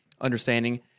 understanding